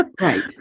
Right